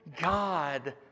God